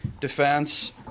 defense